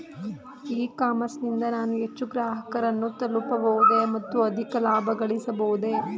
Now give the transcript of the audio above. E commerce ನಿಂದ ನಾನು ಹೆಚ್ಚು ಗ್ರಾಹಕರನ್ನು ತಲುಪಬಹುದೇ ಮತ್ತು ಅಧಿಕ ಲಾಭಗಳಿಸಬಹುದೇ?